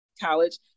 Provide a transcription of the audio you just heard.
college